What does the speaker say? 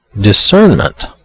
discernment